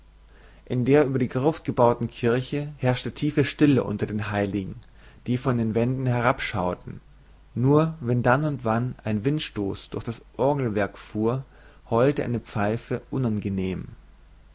in der über die gruft gebaueten kirche herrschte tiefe stille unter den heiligen die von den wänden herabschaueten nur wenn dann und wann ein windstoß durch das orgelwerk fuhr heulte eine pfeife unangenehm